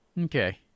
Okay